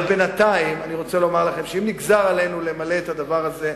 אבל בינתיים אני רוצה לומר לכם שאם נגזר עלינו למלא את הדבר הזה,